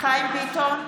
אוריאל בוסו,